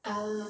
ah